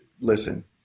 listen